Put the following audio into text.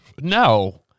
No